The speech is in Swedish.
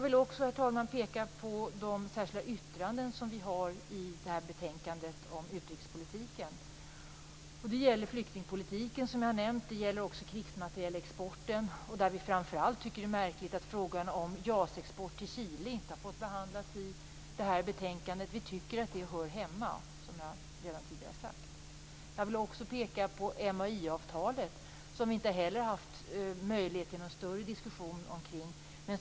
Herr talman! Jag vill också peka på de särskilda yttranden som Vänsterpartiet har i betänkandet om utrikespolitiken. Det gäller flyktingpolitiken, som jag tidigare nämnt. Det gäller också krigsmaterielexporten. Där tycker vi framför allt det är märkligt att frågan om JAS-export till Chile inte har fått behandlas i det här betänkandet. Vi tycker att det hör hemma här, som jag redan tidigare sagt. Jag vill också peka på MAI-avtalet. Vi har heller inte haft möjlighet till någon större diskussion kring det.